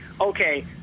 okay